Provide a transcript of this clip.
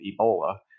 Ebola